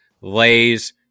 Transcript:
Lay's